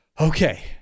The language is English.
Okay